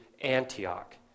Antioch